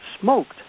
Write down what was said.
smoked